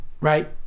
right